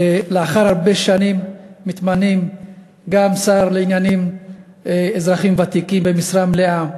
לאחר הרבה שנים מתמנים גם שר לענייני אזרחים ותיקים במשרה מלאה,